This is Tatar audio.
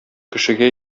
кешегә